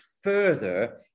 further